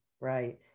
right